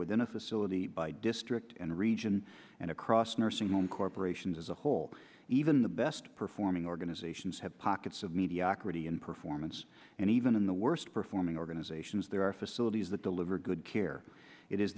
within a facility by district and region and across nursing home corporations as a whole even the best performing organizations have pockets of mediocrity and performance and even in the worst performing organizations there are facilities that deliver good care it is